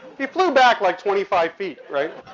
he flew back like twenty five feet, right?